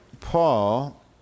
Paul